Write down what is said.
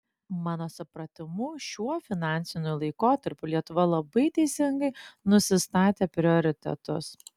mano supratimu šiuo finansiniu laikotarpiu lietuva labai teisingai nusistatė prioritetus